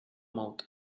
mouth